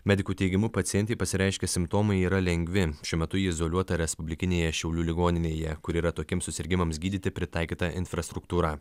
medikų teigimu pacientei pasireiškę simptomai yra lengvi šiuo metu ji izoliuota respublikinėje šiaulių ligoninėje kur yra tokiems susirgimams gydyti pritaikyta infrastruktūra